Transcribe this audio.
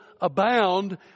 abound